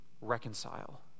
reconcile